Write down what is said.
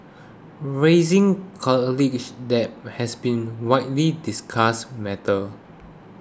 rising college debt has been widely discussed matter